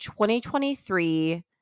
2023